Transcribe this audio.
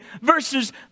verses